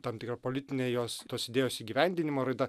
tam tikra politinė jos tos idėjos įgyvendinimo raida